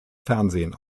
fernsehen